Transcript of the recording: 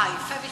אה, יפה מצדך.